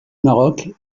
maroc